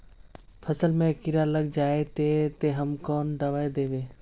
फसल में कीड़ा लग जाए ते, ते हम कौन दबाई दबे?